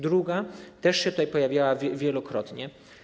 Druga rzecz też się tutaj pojawiała wielokrotnie.